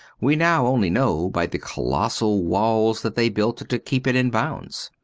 we now only know by the colossal walls that they built to keep it in bounds.